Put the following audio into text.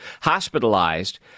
hospitalized